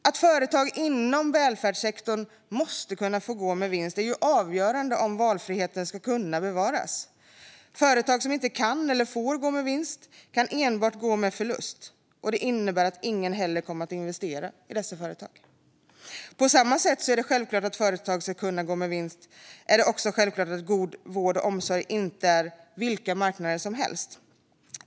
Att företag även inom välfärdssektorn måste få gå med vinst är avgörande om valfriheten ska kunna bevaras. Företag som inte kan eller får gå med vinst kan enbart gå med förlust, och det innebär att ingen heller kommer att investera i dessa företag. På samma sätt som det är självklart att företag ska kunna gå med vinst är det också självklart att vård och omsorg inte är vilka marknader som helst.